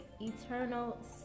Eternal